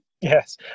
Yes